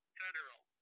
federal